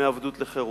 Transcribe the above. מעבדות לחירות.